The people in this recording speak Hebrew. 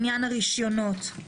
עניין הרישיונות.